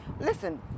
Listen